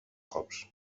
cops